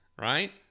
right